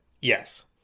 Yes